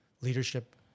leadership